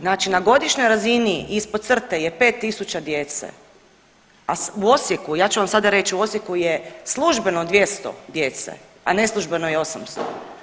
Znači na godišnjoj razini ispod crte je 5 tisuća djece, a u Osijeku, ja ću vam sada reći u Osijeku je službeno 200 djece, a neslužbeno je 800.